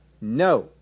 No